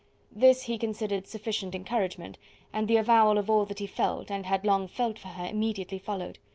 this he considered sufficient encouragement and the avowal of all that he felt, and had long felt for her, immediately followed.